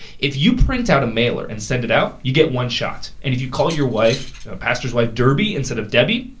if you print out a mailer and send it out, you get one shot, and if you call your pastor's wife derby, instead of debby,